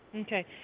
Okay